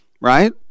Right